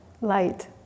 light